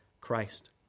Christ